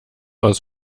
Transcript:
aus